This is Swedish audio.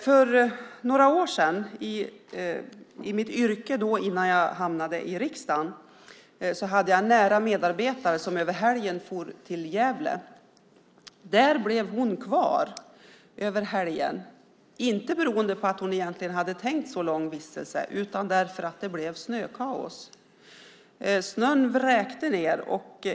För några år sedan i mitt yrke innan jag hamnade i riksdagen hade jag en nära medarbetare som över helgen for till Gävle. Där blev hon kvar hela helgen, inte för att hon från början hade tänkt sig en så lång vistelse utan för att det blev snökaos. Snön vräkte ned.